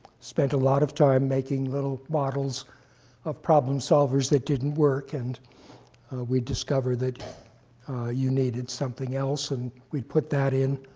spent a lot of time making little bottles of problem solvers that didn't work. and we discovered that you needed something else, and we had put that in.